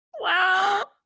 Wow